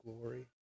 glory